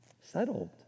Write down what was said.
settled